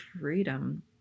freedom